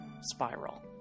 spiral